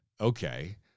okay